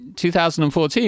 2014